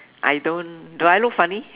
I don't do I look funny